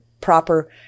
proper